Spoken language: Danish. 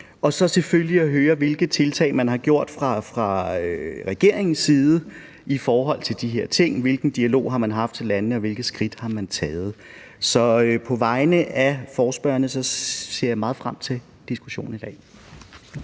det selvfølgelig også om at høre, hvilke tiltag man har gjort fra regeringens side i forhold til de her ting, altså hvilken dialog man har haft med landene, og hvilke skridt man har taget. Så på vegne af forespørgerne vil jeg sige, at jeg ser meget frem til diskussionen i dag.